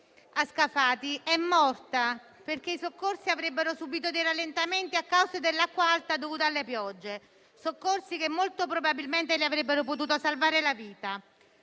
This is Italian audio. a Scafati, è morta, perché i soccorsi avrebbero subito rallentamenti a causa dell'acqua alta dovuta alle piogge (soccorsi che molto probabilmente le avrebbero potuto salvare la vita).